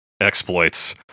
exploits